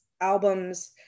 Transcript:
albums